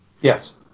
Yes